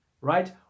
right